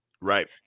right